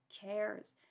cares